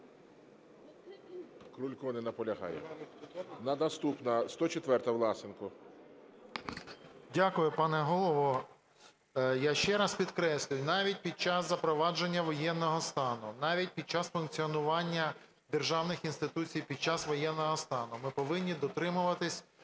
Крулько не наполягає. Наступна 104-а, Власенко. 15:41:15 ВЛАСЕНКО С.В. Дякую, пане Голово. Я ще раз підкреслюю, навіть під час запровадження воєнного стану, навіть під час функціонування державних інституцій під час воєнного стану ми повинні дотримуватись,